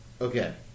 Okay